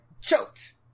choked